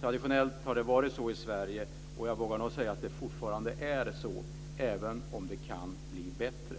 Traditionellt har det varit så i Sverige, och jag vågar nog säga att det fortfarande är så, även om det kan bli bättre.